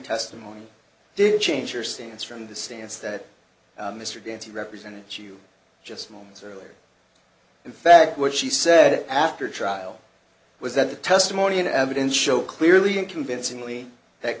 testimony did change your stance from the stance that mr ganti represented you just moments earlier in fact what she said after trial was that the testimony and evidence show clearly and convincingly that